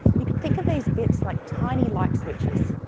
you could think of these bits like tiny light switches,